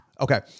Okay